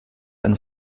ein